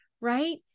right